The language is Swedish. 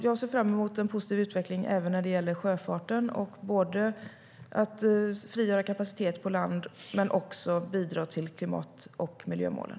Jag ser fram emot en positiv utveckling även för sjöfarten, när det gäller att frigöra kapacitet på land men också att bidra till klimat och miljömålen.